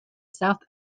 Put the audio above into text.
south